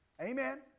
Amen